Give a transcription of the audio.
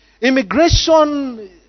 immigration